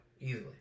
Easily